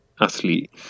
athlete